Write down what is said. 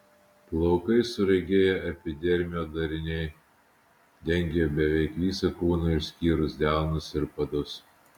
plaukai suragėję epidermio dariniai dengia beveik visą kūną išskyrus delnus ir padus